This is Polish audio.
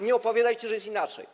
Nie opowiadajcie, że jest inaczej.